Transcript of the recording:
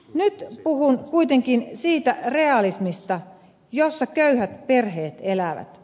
nyt puhun kuitenkin siitä realismista jossa köyhät perheet elävät